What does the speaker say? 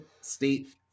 state